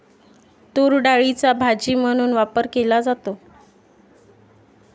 तूरडाळीचा भाजी म्हणून वापर केला जातो